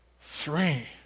three